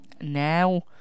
now